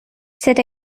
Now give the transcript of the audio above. c’est